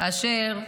כאשר בנו,